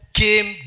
came